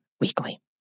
weekly